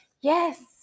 Yes